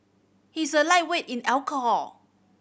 he is a lightweight in alcohol